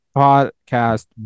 podcast